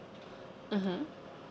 mmhmm